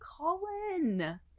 Colin